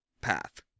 path